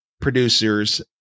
producers